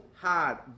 Hard